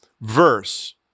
verse